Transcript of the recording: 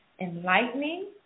enlightening